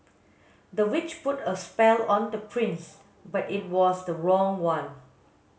the witch put a spell on the prince but it was the wrong one